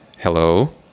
Hello